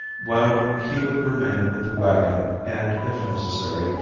while he would remain with the wagon and, if necessary,